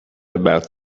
about